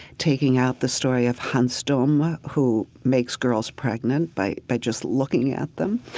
taking out the story of hans dumm, who makes girls pregnant by by just looking at them